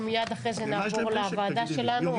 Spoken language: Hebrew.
ומיד אחר כך נעבור לוועדה שלנו.